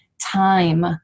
time